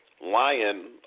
lion